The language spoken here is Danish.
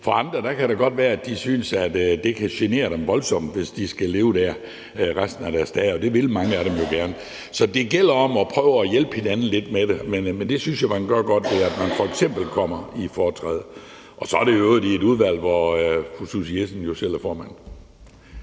for andre kan det godt være, at de synes, at det kan genere dem voldsomt, hvis de skal leve dér resten af deres dage, og det vil mange af dem jo gerne. Så det gælder om at prøve at hjælpe hinanden lidt med det, men det synes jeg at man gør godt, ved at man f.eks. kommer i foretræde. Og så er det jo i øvrigt et udvalg, hvor fru Susie Jessen selv er formand.